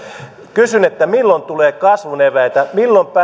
kysyn milloin tulee kasvun eväitä milloin